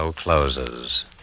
Closes